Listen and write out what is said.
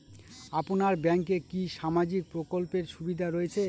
আপনার ব্যাংকে কি সামাজিক প্রকল্পের সুবিধা রয়েছে?